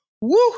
Woo